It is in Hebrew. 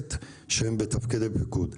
כנסת שהם בתפקידי פיקוד.